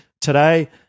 today